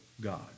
God